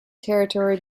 territory